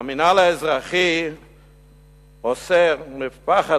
והמינהל האזרחי אוסר, מפחד